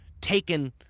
taken